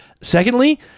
Secondly